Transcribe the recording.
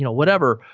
you know whatever,